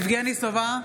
יבגני סובה,